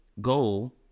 goal